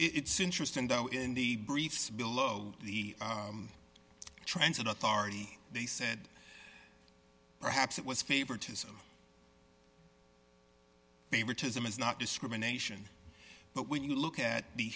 it's interesting though in the briefs below the transit authority they said perhaps it was favoritism favoritism is not discrimination but when you look at the